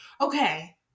okay